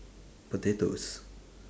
potatoes